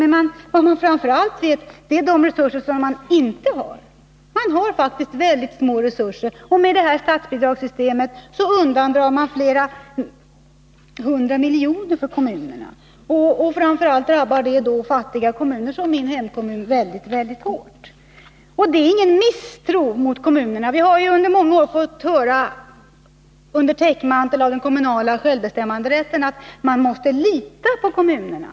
Men vad man framför allt vet är vilka resurser man inte har. Man har faktiskt väldigt små resurser, och med detta statsbidragssystem undandras kommunerna flera hundra miljoner. Det drabbar framför allt fattiga kommuner som min hemkommun väldigt hårt. Det är inte fråga om någon misstro mot kommunerna. Vi har under många år, under täckmanteln den kommunala självbestämmanderätten, fått höra att man måste lita på kommunerna.